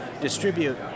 distribute